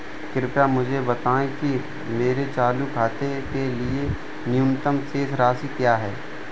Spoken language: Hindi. कृपया मुझे बताएं कि मेरे चालू खाते के लिए न्यूनतम शेष राशि क्या है?